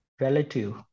relative